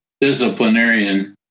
disciplinarian